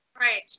Right